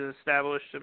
established